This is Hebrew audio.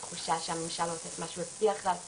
תחושה שהממשל לא עושה את מה שהוא הבטיח לעשות,